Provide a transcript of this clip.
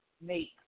make